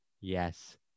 yes